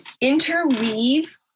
interweave